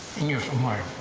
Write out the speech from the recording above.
and you're from where?